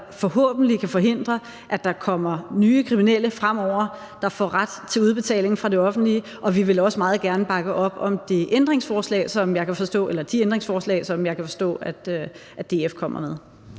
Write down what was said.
der forhåbentlig kan forhindre, at andre kriminelle fremover vil få ret til udbetaling fra det offentlige, og vi vil også meget gerne bakke op om de ændringsforslag, som jeg kan forstå at DF kommer med.